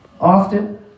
often